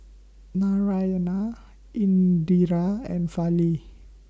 Naraina Indira and Fali